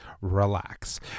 relax